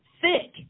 thick